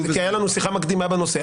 כי הייתה לנו שיחה מקדימה בנושא.